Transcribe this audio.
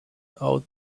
out